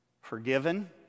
forgiven